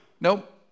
Nope